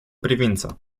privință